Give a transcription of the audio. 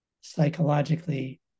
psychologically-